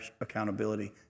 accountability